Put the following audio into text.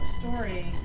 story